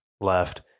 left